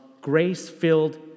grace-filled